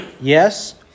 yes